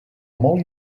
molt